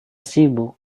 sibuk